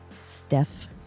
Steph